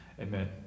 Amen